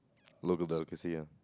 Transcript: local delicacy ah